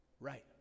Right